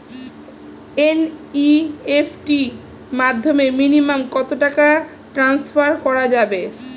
NEFT এর মাধ্যমে minimum কত টাকা টান্সফার করা যাবে?